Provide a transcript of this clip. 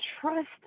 trust